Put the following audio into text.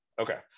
Okay